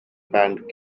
band